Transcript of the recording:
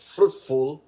Fruitful